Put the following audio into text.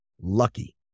lucky